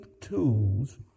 tools